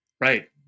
Right